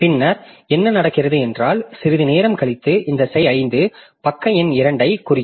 பின்னர் என்ன நடக்கிறது என்றால் சிறிது நேரம் கழித்து இந்த செயல்முறை 5 பக்க எண் 2 ஐக் குறிக்கும்